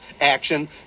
action